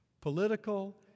Political